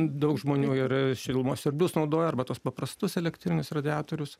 daug žmonių ir šilumos siurblius naudoja arba tuos paprastus elektrinius radiatorius